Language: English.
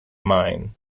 main